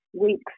weeks